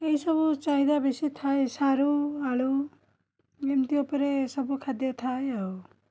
ଏହିସବୁ ଚାହିଦା ବେଶୀଥାଏ ସାରୁ ଆଳୁ ଏମିତି ଉପରେ ସବୁ ଖାଦ୍ୟଥାଏ ଆଉ